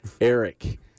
Eric